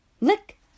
Lick